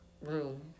room